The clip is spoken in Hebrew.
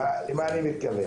למה אני מתכוון?